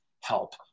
help